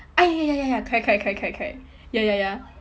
ah ya ya ya ya correct correct correct correct correct ya ya ya